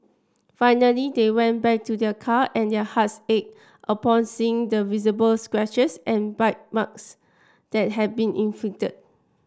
finally they went back to their car and their hearts ached upon seeing the visible scratches and bite marks that had been inflicted